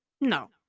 No